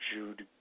Jude